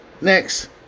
Next